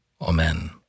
Amen